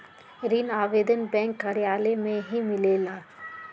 ऋण आवेदन बैंक कार्यालय मे ही मिलेला?